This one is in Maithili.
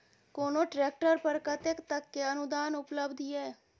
कोनो ट्रैक्टर पर कतेक तक के अनुदान उपलब्ध ये?